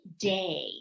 day